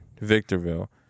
Victorville